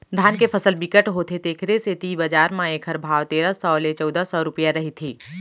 धान के फसल बिकट होथे तेखर सेती बजार म एखर भाव तेरा सव ले चउदा सव रूपिया रहिथे